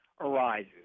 arises